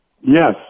Yes